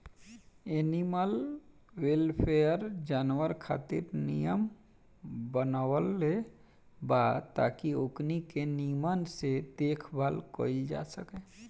animal welfare, जानवर खातिर नियम बनवले बा ताकि ओकनी के निमन से देखभाल कईल जा सके